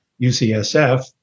UCSF